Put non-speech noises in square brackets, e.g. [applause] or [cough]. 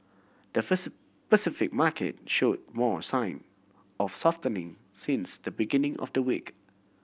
the [unintelligible] Pacific market show more sign of softening since the beginning of the week